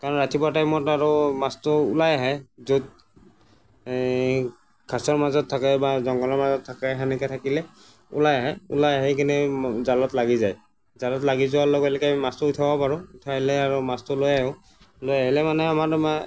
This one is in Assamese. কাৰণ ৰাতিপুৱা টাইমত আৰু মাছটো ওলাই আহে য'ত এই কাঠৰ মাজত থকা বা জংঘলৰ মাজত থাকে সেনেকে থাকিলে ওলাই আহে ওলাই আহি কিনে জালত লাগি যায় জালত লাগি যোৱাৰ লগে লগে আমি মাছটো উঠাব পাৰোঁ উঠাই লৈ আৰু মাছটো লৈ আহোঁ লৈ আহিলে মানে আমাৰ মানে